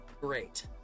great